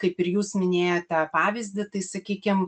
kaip ir jūs minėjote pavyzdį tai sakykim